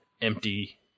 empty